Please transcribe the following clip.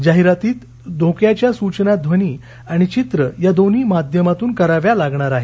जाहिरातीत धोक्याच्या सूचना ध्वनी आणि चित्र या दोन्ही माध्यमातून कराव्या लागणार आहेत